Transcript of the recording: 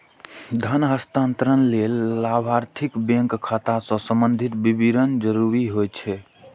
धन हस्तांतरण लेल लाभार्थीक बैंक खाता सं संबंधी विवरण जरूरी होइ छै